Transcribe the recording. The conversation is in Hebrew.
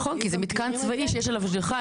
נכון, כי זה מתקן צבאי שיש עליו השגחה.